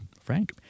Frank